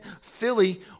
Philly